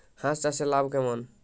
হাঁস চাষে লাভ কেমন?